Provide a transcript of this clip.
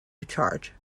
charge